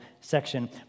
section